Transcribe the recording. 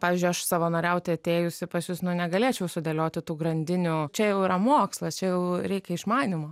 pavyzdžiui aš savanoriauti atėjusi pas jus nu negalėčiau sudėlioti tų grandinių čia jau yra mokslas čia jau reikia išmanymo